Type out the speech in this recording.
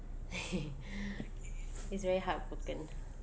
it's very heartbroken